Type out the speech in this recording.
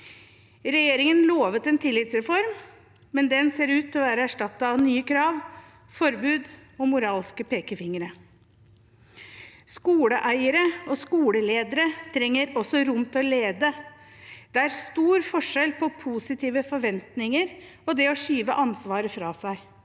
Regjeringen lovet en tillitsreform, men den ser ut til å være erstattet av nye krav, forbud og moralske pekefingre. Skoleeiere og skoleledere trenger også rom til å lede. Det er stor forskjell på positive forventninger og det å skyve ansvaret fra seg.